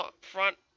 front